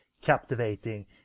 captivating